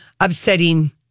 upsetting